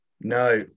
No